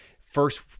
first